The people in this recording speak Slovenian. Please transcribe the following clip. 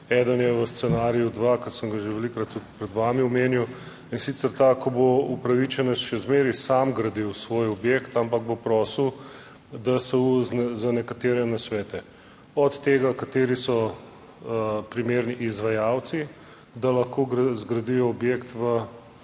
Eden je v scenariju dva, ki sem ga že velikokrat tudi pred vami omenil, in sicer ta, ko bo upravičenec še zmeraj sam gradil svoj objekt, ampak bo prosil DSU za nekatere nasvete, od tega kateri so primerni izvajalci, da lahko zgradijo objekt v